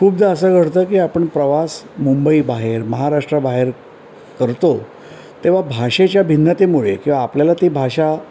खूपदा असं घडतं की आपण प्रवास मुंबईबाहेर महाराष्ट्राबाहेर करतो तेव्हा भाषेच्या भिन्नतेमुळे किंवा आपल्याला ती भाषा